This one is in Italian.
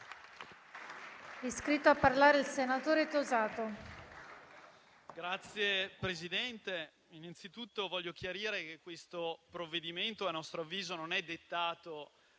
iscritto a parlare il senatore Guidi.